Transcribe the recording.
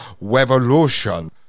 Revolution